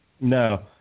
No